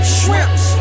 shrimps